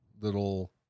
little